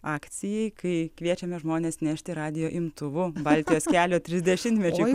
akcijai kai kviečiame žmones nešti radijo imtuvu baltijos kelio trisdešimmečiui